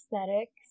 aesthetics